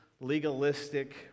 legalistic